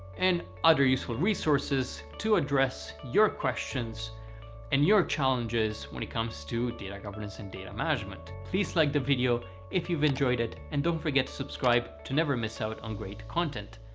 and other useful resources to address your questions and your challenges when it comes to data governance and data management. please like the video if you've enjoyed it and don't forget to subscribe to never miss out on great content.